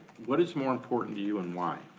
what is more important to you and why?